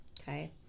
Okay